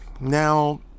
Now